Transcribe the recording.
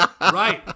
right